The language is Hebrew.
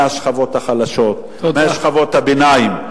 מהשכבות החלשות, משכבות הביניים.